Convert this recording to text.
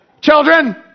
children